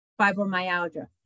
fibromyalgia